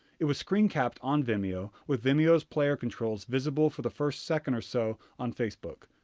it was screen capped on vimeo, with vimeo's player controls visible for the first second or so on facebook.